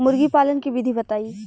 मुर्गी पालन के विधि बताई?